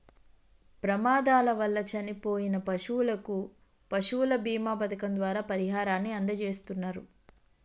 ప్రమాదాల వల్ల చనిపోయిన పశువులకు పశువుల బీమా పథకం ద్వారా పరిహారాన్ని అందజేస్తున్నరు